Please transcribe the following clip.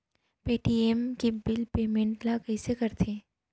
Paytm के bill payment ल कइसे करथे?